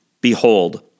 Behold